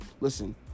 listen